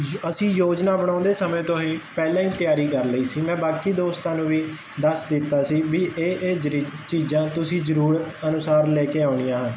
ਅਸੀਂ ਯੋਜਨਾ ਬਣਾਉਂਦੇ ਸਮੇਂ ਤੋਂ ਹੀ ਪਹਿਲਾਂ ਈ ਤਿਆਰੀ ਕਰ ਲਈ ਸੀ ਮੈਂ ਬਾਕੀ ਦੋਸਤਾਂ ਨੂੰ ਵੀ ਦੱਸ ਦਿੱਤਾ ਸੀ ਵੀ ਇਹ ਇਹ ਜਿਹਰੀ ਚੀਜ਼ਾਂ ਤੁਸੀਂ ਜਰੂਰਤ ਅਨੁਸਾਰ ਲੈ ਕੇ ਆਉਣੀਆਂ ਹਨ